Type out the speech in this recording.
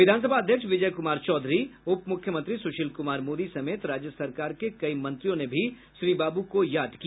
विधानसभा अध्यक्ष विजय कुमार चौधरी उप मुख्यमंत्री सुशील कुमार मोदी समेत राज्य सरकार के कई मंत्रियों ने भी श्रीबाब् को याद किया